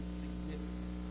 significant